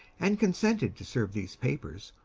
and consented to serve these papers,